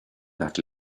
that